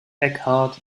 eckhart